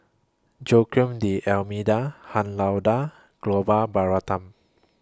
Joaquim D'almeida Han Lao DA Gopal Baratham